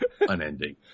unending